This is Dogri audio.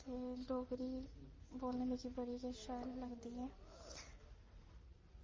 ते डोगरी बोलने बिच गै शैल लगदी ऐ